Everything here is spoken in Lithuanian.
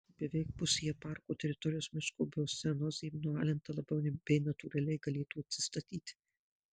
beveik pusėje parko teritorijos miško biocenozė nualinta labiau bei natūraliai galėtų atsistatyti